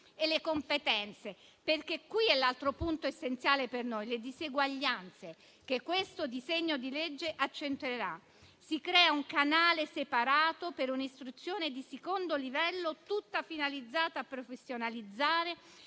e le competenze. Questo è l'altro punto essenziale per noi: le diseguaglianze che questo disegno di legge accentuerà. Si crea un canale separato per un'istruzione di secondo livello, tutta finalizzata a professionalizzare